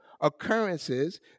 occurrences